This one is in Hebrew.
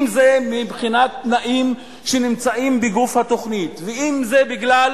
אם זה מבחינת תנאים שנמצאים בגוף התוכנית ואם זה בגלל